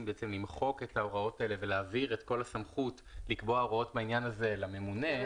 בעצם למחוק את ההוראות האלה ולקבוע הוראות בעניין הזה לממונה,